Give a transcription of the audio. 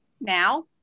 now